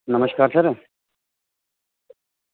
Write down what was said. नमस्कार सर